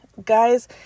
Guys